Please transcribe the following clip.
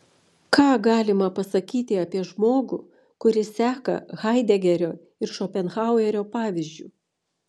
ką galima pasakyti apie žmogų kuris seka haidegerio ir šopenhauerio pavyzdžiu